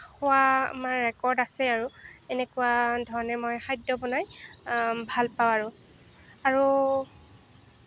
খোৱা আমাৰ ৰেকৰ্ড আছে আৰু এনেকুৱা ধৰণে মই খাদ্য বনাই ভাল পাওঁ আৰু আৰু